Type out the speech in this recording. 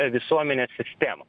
visuomenę sistemą